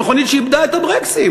זה מכונית שאיבדה את הברקסים.